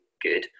good